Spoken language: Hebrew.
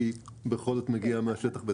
כי היא בכל זאת מגיעה מהשטח.